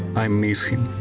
i miss him.